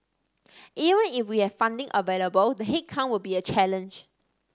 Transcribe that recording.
even if we had funding available the headcount will be a challenge